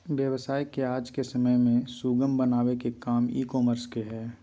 व्यवसाय के आज के समय में सुगम बनावे के काम ई कॉमर्स के हय